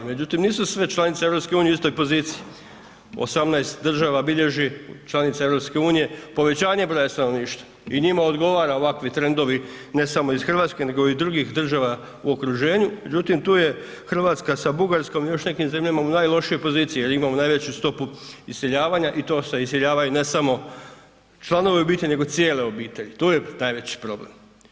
Međutim, nisu sve članice EU u istoj poziciji, 18 država bilježi, članica EU, povećanje broja stanovništva i njima odgovara ovakvi trendovi ne samo iz RH nego i drugih država u okruženju, međutim tu je RH sa Bugarskom i još nekim zemljama u najlošijoj poziciji jer imamo najveću stopu iseljavanja i to se iseljavaju ne samo članovi obitelji nego cijele obitelji, to je najveći problem.